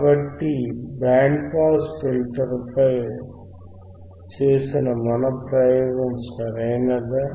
కాబట్టి band pass filter పై చేసిన మన ప్రయోగం సరియైనదా